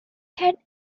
had